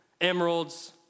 emeralds